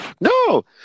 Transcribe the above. No